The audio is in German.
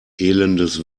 elendes